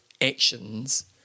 actions